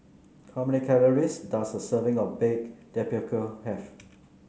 how many calories does a serving of Baked Tapioca have